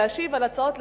להשיב על הצעות לסדר?